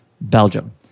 Belgium